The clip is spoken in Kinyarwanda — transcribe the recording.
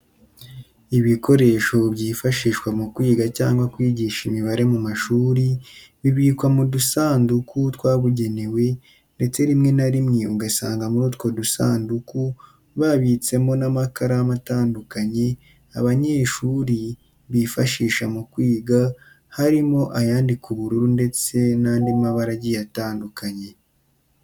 Ibikoresho byifashishwa mu kwiga cyangwa kwigisha imibare mu mashuri bibikwa mu dusanduku twabugenewe ndetse rimwe na rimwe ugasanga muri utwo dusanduku babitsemo n'amakaramu atandukanye abanyeshuri bifashisha mu kwiga harimo ayandika ubururu ndetse n'andi mabara agiye atandukanye.